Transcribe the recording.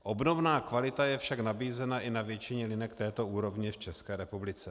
Obdobná kvalita je však nabízena i na většině linek této úrovně v České republice.